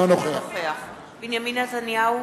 אינו נוכח בנימין נתניהו,